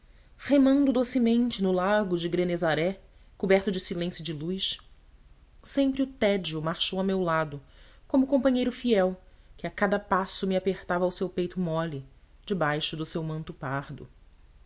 remando docemente no lago de genesaré coberto de silêncio e de luz sempre o tédio marchou a meu lado como companheiro fiel que a cada passo me apertava ao seu peito mole debaixo do seu manto pardo